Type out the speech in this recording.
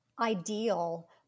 ideal